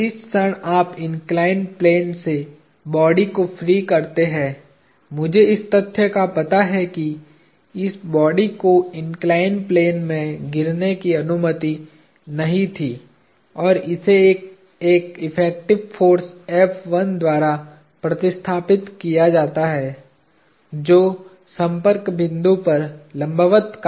जिस क्षण आप इन्कलाईन्ड प्लेन से बॉडी को फ्री करते हैं मुझे इस तथ्य का पता है कि इस बॉडी को इन्कलाईन्ड प्लेन में गिरने की अनुमति नहीं थी और इसे एक इफेक्टिव फोर्स द्वारा प्रतिस्थापित किया जाता है जो संपर्क बिंदु पर लंबवत कार्य करता है